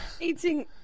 Eating